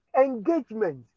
engagement